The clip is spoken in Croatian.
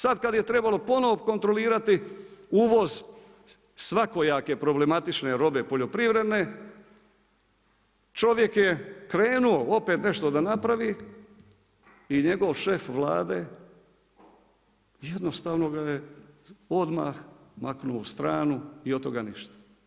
Sad kad je trebalo ponovno kontrolirati uvoz, svakojake problematične robe poljoprivredne, čovjek je krenuo, opet nešto da napravi, i njegov šef Vlade, jednostavno ga je odmah maknuo u stranu i od toga ništa.